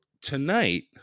tonight